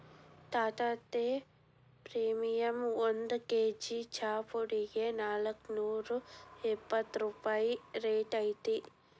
Tata tea premium ಒಂದ್ KG ಚಾಪುಡಿಗೆ ನಾಲ್ಕ್ನೂರಾ ಎಪ್ಪತ್ ರೂಪಾಯಿ ರೈಟ್ ಐತಿ